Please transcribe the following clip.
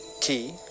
Key